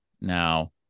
now